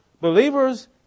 believers